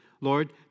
Lord